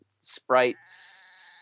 Sprites